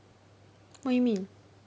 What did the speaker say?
what you mean